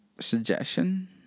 suggestion